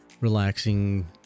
relaxing